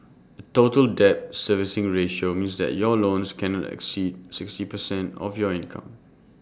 A total debt servicing ratio means that your loans cannot exceed sixty percent of your income